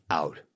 out